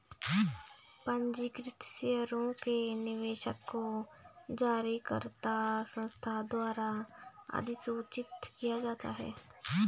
पंजीकृत शेयरों के निवेशक को जारीकर्ता संस्था द्वारा अधिसूचित किया जाता है